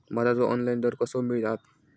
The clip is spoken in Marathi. भाताचो ऑनलाइन दर कसो मिळात?